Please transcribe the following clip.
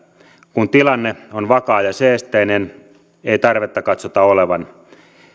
kun tilanne on vakaa ja seesteinen ei tarvetta katsota olevan